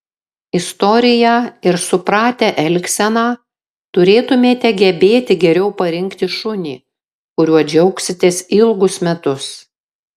istoriją ir supratę elgseną turėtumėte gebėti geriau parinkti šunį kuriuo džiaugsitės ilgus metus